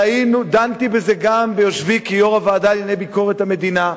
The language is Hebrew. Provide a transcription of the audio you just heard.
דנתי בזה גם ביושבי כיושב-ראש הוועדה לענייני ביקורת המדינה.